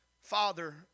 father